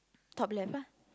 top left ah